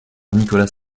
nicolas